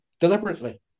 deliberately